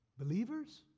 Believers